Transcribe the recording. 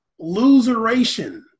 loseration